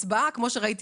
הצבעה כמו שראית,